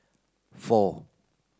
four